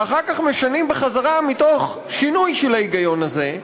ואחר כך משנים בחזרה מתוך שינוי של ההיגיון הזה,